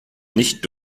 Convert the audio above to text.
nicht